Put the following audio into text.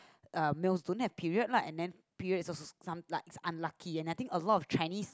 a male don't have period lah and then period is also some like unlucky I think a lot of Chinese